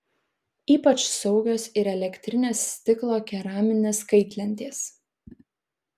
ypač saugios ir elektrinės stiklo keraminės kaitlentės